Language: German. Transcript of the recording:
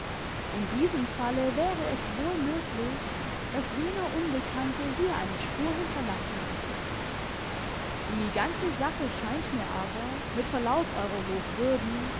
in diesem falle wäre es wohl möglich daß jener unbekannte hier eine spur hinterlassen hätte die ganze sache scheint mir aber mit verlaub eurer